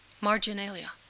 marginalia